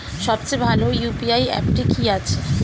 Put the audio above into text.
সবচেয়ে ভালো ইউ.পি.আই অ্যাপটি কি আছে?